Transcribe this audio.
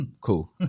Cool